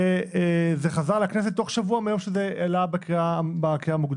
זה חזר לכנסת תוך שבוע מהיום שעלה בקריאה המוקדמת.